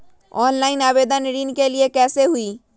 Online आवेदन ऋन के लिए कैसे हुई?